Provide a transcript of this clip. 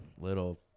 little